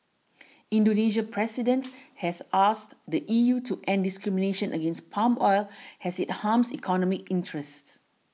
Indonesia's President has asked the E U to end discrimination against palm oil as it harms economic interests